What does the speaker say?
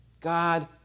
God